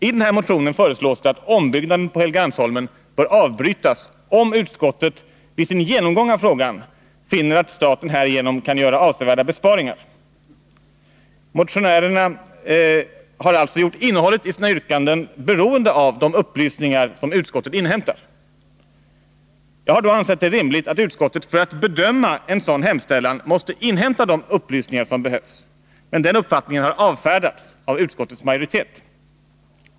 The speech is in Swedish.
I den här motionen föreslås att ombyggnaden på Helgeandsholmen bör avbrytas om utskottet vid sin genomgång av frågan finner att staten härigenom kan göra avsevärda besparingar. Motionärerna har alltså gjort sitt yrkande beroende av de upplysningar som utskottet inhämtar. Jag har då ansett det vara rimligt att utskottet för att kunna bedöma en sådan hemställan måste inhämta de upplysningar som behövs. Men den uppfattningen har avfärdats av utskottets majoritet.